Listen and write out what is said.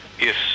Yes